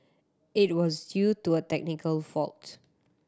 it was due to a technical fault